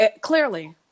clearly